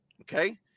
Okay